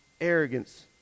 arrogance